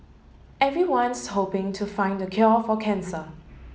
everyone's hoping to find the cure for cancer